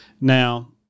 Now